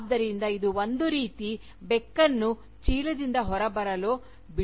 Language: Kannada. ಆದ್ದರಿಂದ ಇದು ಒಂದು ರೀತಿ ಬೆಕ್ಕನ್ನು ಚೀಲದಿಂದ ಹೊರಬರಲು ಬಿಡುವುದು